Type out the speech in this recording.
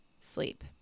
sleep